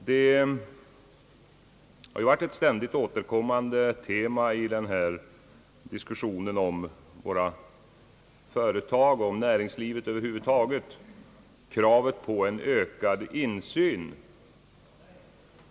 Kravet på en ökad insyn har varit ett ständigt återkom mande tema i diskussionen om våra företag och näringslivet över huvud taget.